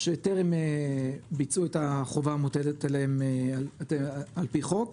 שטרם ביצעו את החובה המוטלת עליהן על-פי חוק,